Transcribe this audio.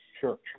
Sure